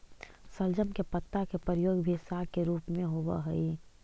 शलजम के पत्ता के प्रयोग भी साग के रूप में होव हई